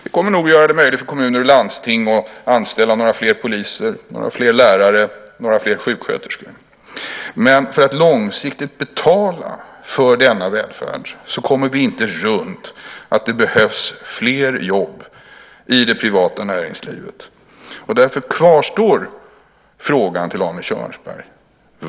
Det kommer nog att göra det möjligt för kommuner och landsting att anställa några fler poliser, några fler lärare och några fler sjuksköterskor. Men för att långsiktigt betala för denna välfärd kommer vi inte runt att det behövs fler jobb i det privata näringslivet. Därför kvarstår frågan till Arne Kjörnsberg.